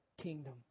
kingdom